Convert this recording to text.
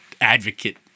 advocate